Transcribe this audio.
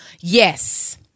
Yes